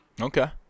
Okay